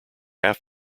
half